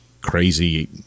crazy